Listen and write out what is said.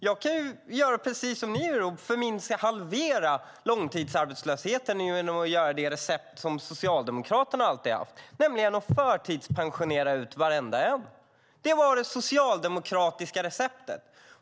Jag kan göra precis som ni har gjort och halvera långtidsarbetslösheten genom att använda det recept som Socialdemokraterna alltid har haft, nämligen att förtidspensionera ut varenda en. Det var det socialdemokratiska receptet.